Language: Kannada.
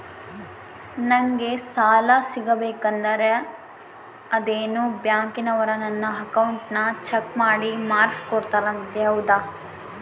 ನಂಗೆ ಸಾಲ ಸಿಗಬೇಕಂದರ ಅದೇನೋ ಬ್ಯಾಂಕನವರು ನನ್ನ ಅಕೌಂಟನ್ನ ಚೆಕ್ ಮಾಡಿ ಮಾರ್ಕ್ಸ್ ಕೊಡ್ತಾರಂತೆ ಹೌದಾ?